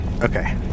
Okay